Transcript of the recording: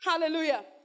Hallelujah